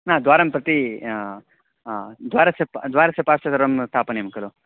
न द्वारं प्रति द्वारस्य प् द्वारस्य पार्श्वे सर्वं स्थापनीयं खलु